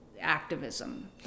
activism